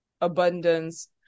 abundance